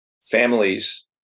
families